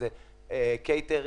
שזה קייטרינג,